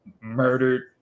murdered